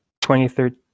2013